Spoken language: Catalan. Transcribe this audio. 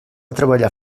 treballar